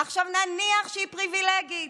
עכשיו, נניח שהיא פריבילגית.